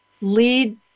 lead